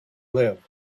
live